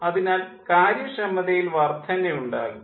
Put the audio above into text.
അതിനാൽ കാര്യക്ഷമതയിൽ വർദ്ധന ഉണ്ടാകും